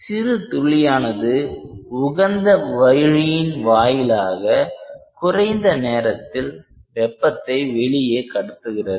சிறுதுளியானது உகந்த வழியின் வாயிலாக குறைந்த நேரத்தில் வெப்பத்தை வெளியே கடத்துகிறது